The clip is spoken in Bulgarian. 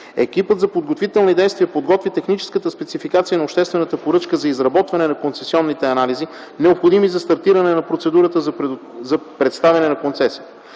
Екипът за подготвителни действия подготви техническата спецификация на обществената поръчка за изработване на концесионните анализи, необходими за стартиране на процедурата за предоставяне на концесията.